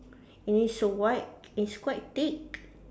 and it's so white it's quite thick